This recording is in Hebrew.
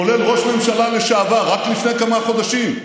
כולל ראש ממשלה לשעבר רק לפני כמה חודשים,